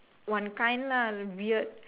one kind ah weird